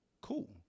Cool